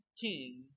king